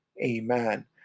Amen